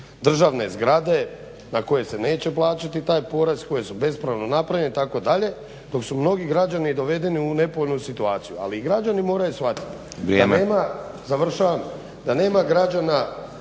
državne zgrade na koje se neće plaćati taj porez, koje su bespravno napravljene itd., dok su mnogi građani dovedeni u nepovoljnu situaciju. Ali i građeni moraju shvatiti … /Upadica: